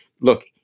Look